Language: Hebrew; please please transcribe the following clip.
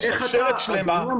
זאת שרשרת שלמה.